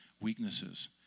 weaknesses